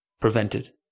prevented